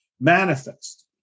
manifest